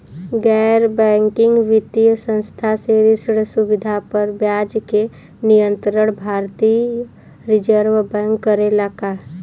गैर बैंकिंग वित्तीय संस्था से ऋण सुविधा पर ब्याज के नियंत्रण भारती य रिजर्व बैंक करे ला का?